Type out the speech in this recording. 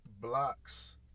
blocks